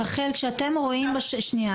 רחל, שנייה.